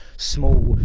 small,